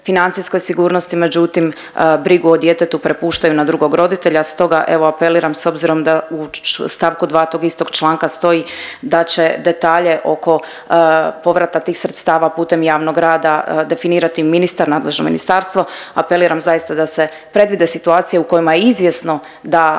financijskoj sigurnosti, međutim brigu o djetetu prepuštaju na drugog roditelja. Stoga evo apeliram s obzirom da u st. 2. tog istog članka stoji da će detalje oko povrata tih sredstava putem javnog rada definirati ministar i nadležno ministarstvo. Apeliram zaista da se predvide situacije u kojima je izvjesno da